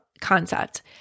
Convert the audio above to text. concept